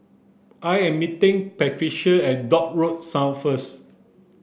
I am meeting Patricia at Dock Road South first